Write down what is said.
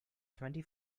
twenty